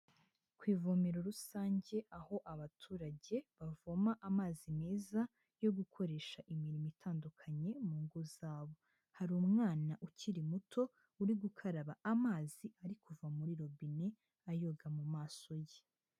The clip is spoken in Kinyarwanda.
Ku ivomero rusange aho abaturage bavoma amazi meza yo gukoresha imirimo itandukanye mu ngo zabo, hari umwana ukiri muto uri gukaraba amazi ari kuva muri robine ayoga mu maso ye.